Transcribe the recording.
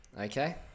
Okay